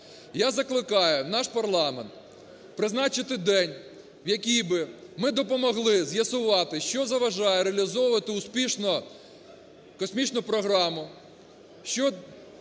Я закликаю наш парламент призначити день, в який би ми допомогли з'ясувати, що заважає реалізовувати успішно космічну програму,